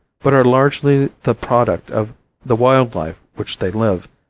but are largely the product of the wild life which they live,